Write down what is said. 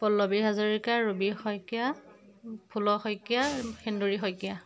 Pallavi Hazarika Rubi Saikia Phul Saikia Senduri Saikia